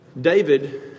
David